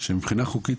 שמבחינה חוקית,